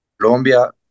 Colombia